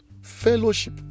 Fellowship